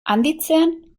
handitzean